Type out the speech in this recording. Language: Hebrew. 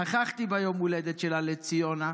נכחתי ביום ההולדת שלה, של ציונה.